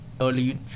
early